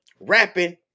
rapping